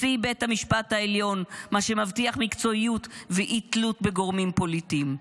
מה שמבטיח מקצועיות ואי-תלות בגורמים פוליטיים.